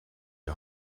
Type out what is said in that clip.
die